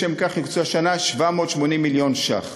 לשם כך יוקצו השנה 780 מיליון ש"ח.